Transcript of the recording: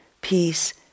peace